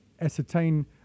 ascertain